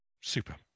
Super